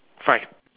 five